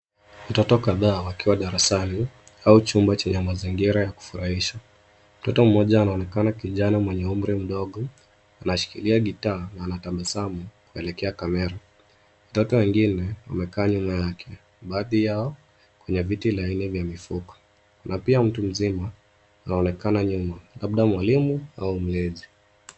Watoto kadhaa wakiwa darasani au chumba chenye mazingira ya kufurahisha. Mtoto mmoja anaonekana kijana mwenye umri mdogo anakishikilia gitaa na anatabasamu kuelekea kamera. Watoto wengine wamekaa nyuma yake. Baadhi yao kwenye laini ya mifuko. Na pia mtu mzima aonekana nyuma labda mwalimu au mlezi.